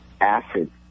Acid